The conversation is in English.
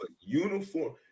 uniform